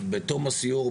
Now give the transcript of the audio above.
בתום הסיור,